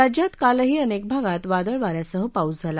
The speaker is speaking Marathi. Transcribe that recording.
राज्यात कालही अनेक भागात वादळ वाऱ्यासह पाऊस झाला